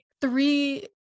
three